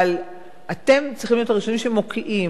אבל אתם צריכים להיות הראשונים שמוקיעים,